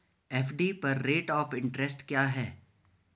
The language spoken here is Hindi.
एफ.डी पर रेट ऑफ़ इंट्रेस्ट क्या है?